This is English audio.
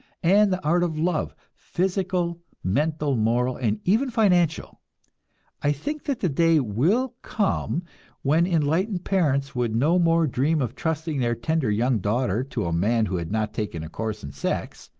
and the art of love, physical, mental, moral, and even financial i think that the day will come when enlightened parents would no more dream of trusting their tender young daughter to a man who had not taken a course in sex,